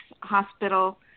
hospital